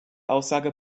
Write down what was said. aussage